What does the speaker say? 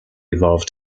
evolve